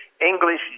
English